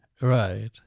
right